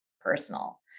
personal